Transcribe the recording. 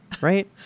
right